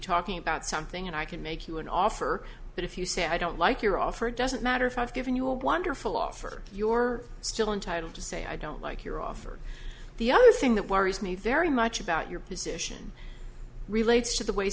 talking about something and i can make you an offer but if you say i don't like your offer it doesn't matter if i've given you a wonderful offer your still entitled to say i don't like your offer the other thing that worries me very much about your position relates to the way